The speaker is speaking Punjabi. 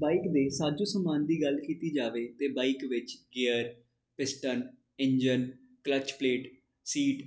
ਬਾਈਕ ਦੇ ਸਾਜੋ ਸਮਾਨ ਦੀ ਗੱਲ ਕੀਤੀ ਜਾਵੇ ਤਾਂ ਬਾਈਕ ਵਿੱਚ gear piston engine clutch plate seat